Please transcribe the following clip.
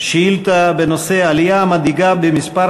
שאילתה בנושא: עלייה מדאיגה במספר